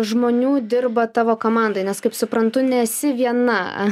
žmonių dirba tavo komandoj nes kaip suprantu nesi viena